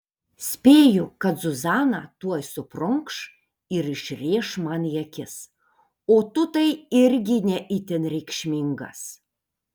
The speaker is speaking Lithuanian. spėju kad zuzana tuoj suprunkš ir išrėš man į akis o tu tai irgi ne itin reikšmingas